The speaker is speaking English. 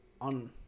on